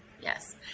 Yes